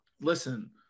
listen